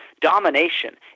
domination